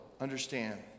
understand